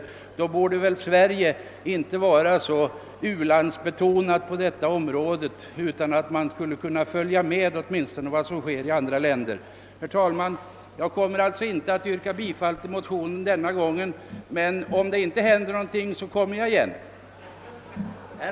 Sverige borde väl inte vara så u-landsbetonat på detta område utan kunna följa med åtminstone vad som sker i andra länder. Herr talman! Jag yrkar alltså inte bifall till motionen denna gång, men om inte något händer återkommer jag i frågan.